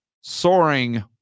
soaring